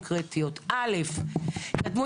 ומלבד ההזדהות איתכם,